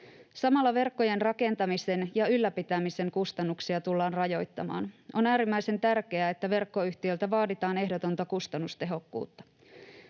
Samalla verkkojen rakentamisen ja ylläpitämisen kustannuksia tullaan rajoittamaan. On äärimmäisen tärkeää, että verkkoyhtiöltä vaaditaan ehdotonta kustannustehokkuutta.